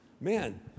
Man